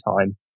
time